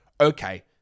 okay